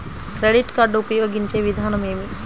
Credit card ఉపయోగించే విధానం ఏమి?